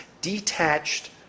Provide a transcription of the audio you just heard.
detached